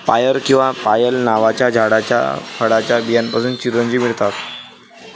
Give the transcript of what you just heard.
पायर किंवा पायल नावाच्या झाडाच्या फळाच्या बियांपासून चिरोंजी मिळतात